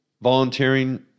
Volunteering